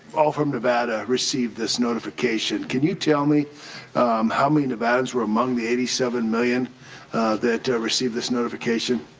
all from nevada received this notification. can you tell me how many nevadaians were among the eighty seven million that received this notification.